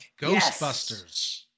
Ghostbusters